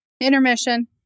Intermission